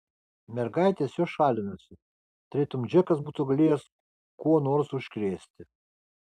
mergaitės jo šalinosi tarytum džekas būtų galėjęs kuo nors užkrėsti